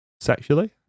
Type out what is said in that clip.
Sexually